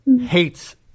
hates